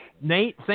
Nate